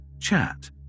chat